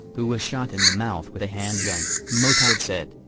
who was shot in the mouth with a handgun, motard said.